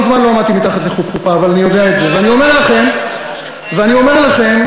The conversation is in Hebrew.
שאמרה כאן,